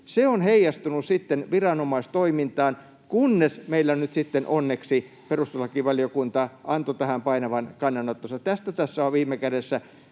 Se on heijastunut sitten viranomaistoimintaan, kunnes meillä nyt sitten onneksi perustuslakivaliokunta antoi tähän painavan kannanottonsa. Tästä tässä on viime kädessä